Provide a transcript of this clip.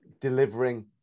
delivering